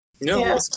No